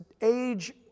age